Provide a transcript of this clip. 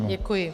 Děkuji.